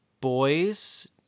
boys